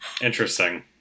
Interesting